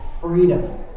freedom